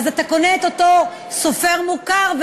ופגענו בעיקר בסופרי ביכורים,